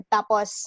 Tapos